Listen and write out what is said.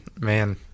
man